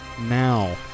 now